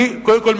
קודם כול,